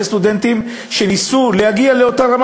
אלה סטודנטים שניסו להגיע לאותה רמה